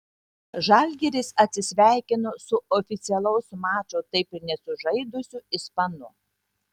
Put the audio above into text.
žalgiris atsisveikino su oficialaus mačo taip ir nesužaidusiu ispanu